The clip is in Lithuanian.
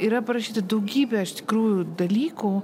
yra parašyta daugybė iš tikrųjų dalykų